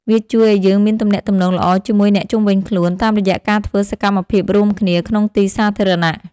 វាជួយឱ្យយើងមានទំនាក់ទំនងល្អជាមួយអ្នកជុំវិញខ្លួន តាមរយៈការធ្វើសកម្មភាពរួមគ្នាក្នុងទីសាធារណៈ។